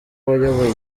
wayoboye